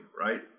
right